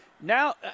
now